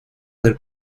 del